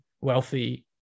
wealthy